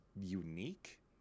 unique